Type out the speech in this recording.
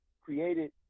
created